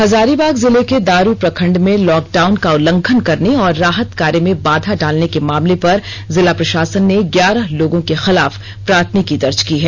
हजारीबाग जिले के दारू प्रखंड में लॉक डाउन का उल्लंघन करने और राहत कार्य में बाधा डालने के मामले पर जिला प्रशासन ने ग्यारह लोगों के खिलाफ प्राथमिकी दर्ज की है